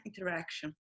interaction